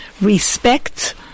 respect